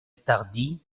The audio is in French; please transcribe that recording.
tardy